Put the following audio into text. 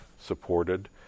supported